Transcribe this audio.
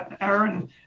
Aaron